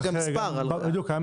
היה גם מספר רישוי.